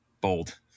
Bold